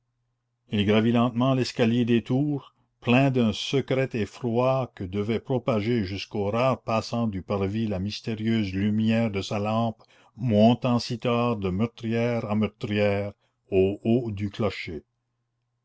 il gravit lentement l'escalier des tours plein d'un secret effroi que devait propager jusqu'aux rares passants du parvis la mystérieuse lumière de sa lampe montant si tard de meurtrière en meurtrière au haut du clocher